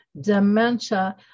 dementia